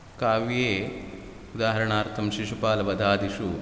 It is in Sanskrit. काव्ये उदाहरणार्थं शिशुपालवधादिषु